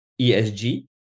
ESG